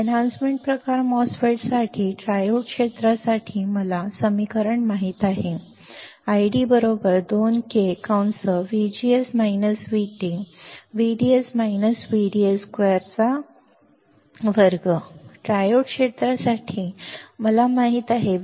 enhancement वर्धित प्रकार MOSFET साठी ट्रायोड क्षेत्रासाठी मला ट्रायोड क्षेत्रासाठी समीकरण माहित आहे ID 2K VD - VDS 2 2 triode क्षेत्रासाठी हे माझे समीकरण आहे